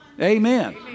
Amen